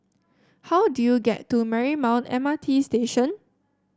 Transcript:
how do I get to Marymount M R T Station